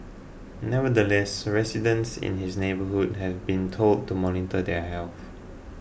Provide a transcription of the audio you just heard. nevertheless residents in his neighbourhood have been told to monitor their health